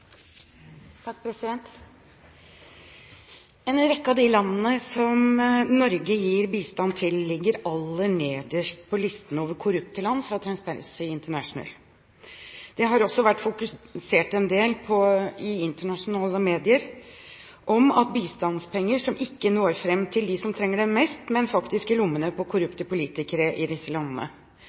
En rekke av de landene som Norge gir bistand til, ligger aller nederst på Transparency Internationals liste over korrupte land. Det har også vært fokusert en del i internasjonale medier på at bistandspenger ikke når fram til dem som trenger dem mest, men faktisk havner i lommene på korrupte politikere i disse landene.